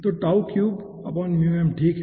तो ठीक है